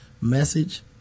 message